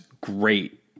great